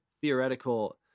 theoretical